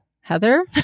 Heather